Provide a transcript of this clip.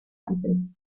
altri